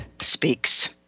Speaks